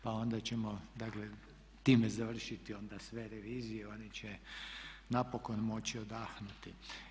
Pa onda ćemo dakle time završiti onda sve revizije i oni će napokon moći odahnuti.